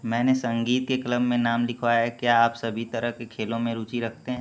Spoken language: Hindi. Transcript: मैंने संगीत के क्लब में नाम लिखवाया है क्या आप सभी तरह के खेलों में रुचि रखते हैं